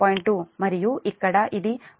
2 మరియు ఇక్కడ ఇది 1 3 2 j0